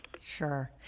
Sure